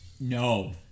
no